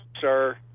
Sir